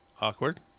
Awkward